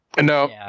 no